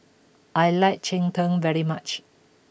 I like Cheng Tng very much